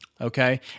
okay